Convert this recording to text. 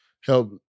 help